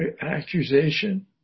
accusation